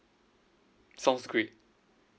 sounds great